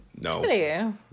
No